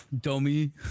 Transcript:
Dummy